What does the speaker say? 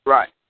Right